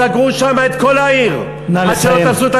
סגרו שם את כל העיר, נא לסיים.